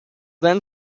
then